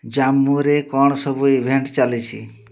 ଜାମ୍ମୁରେ କ'ଣ ସବୁ ଇଭେଣ୍ଟ୍ ଚାଲିଛି